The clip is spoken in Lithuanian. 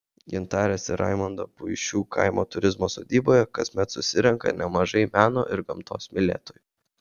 gintarės ir raimondo puišių kaimo turizmo sodyboje kasmet susirenka nemažai meno ir gamtos mylėtojų